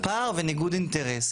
פער וניגוד אינטרס.